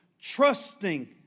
trusting